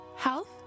Health